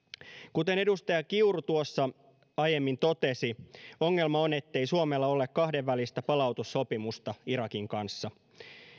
kuten edustaja kiuru tuossa aiemmin totesi ongelma on ettei suomella ole kahdenvälistä palautussopimusta irakin kanssa